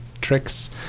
tricks